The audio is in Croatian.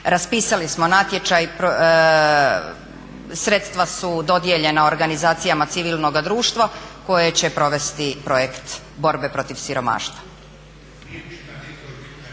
raspisali smo natječaj, sredstva su dodijeljena organizacijama civilnoga društva koje će provesti projekt borbe protiv siromaštva.